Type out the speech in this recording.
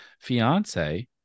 fiance